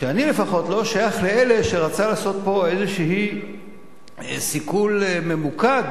אני לפחות לא שייך לאלה שרצו לעשות פה איזה סיכול ממוקד